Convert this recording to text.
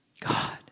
God